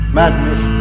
madness